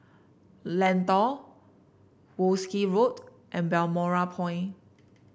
Lentor Wolskel Road and Balmoral Point